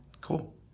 cool